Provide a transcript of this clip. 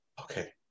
Okay